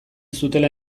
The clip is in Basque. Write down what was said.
zutela